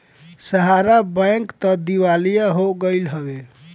सहारा bank तअ दिवालिया हो गईल हवे